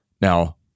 Now